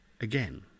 again